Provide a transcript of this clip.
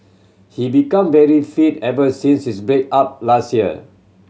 he became very fit ever since his break up last year